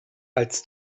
als